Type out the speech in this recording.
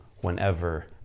whenever